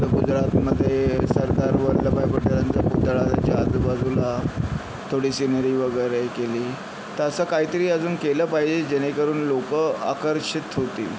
आपलं गुजरातमध्ये सरदार वल्लभभाई पटेलांचा पुतळा त्यांच्या आजूबाजूला थोडी सीनरी वगैरे केली तर असं काहीतरी अजून केलं पाहिजे जेणेकरून लोकं आकर्षित होतील